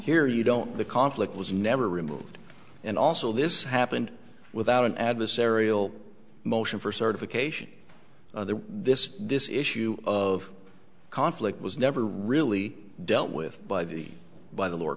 here you don't the conflict was never removed and also this happened without an adversarial motion for certification this this issue of conflict was never really dealt with by the by the lower